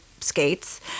skates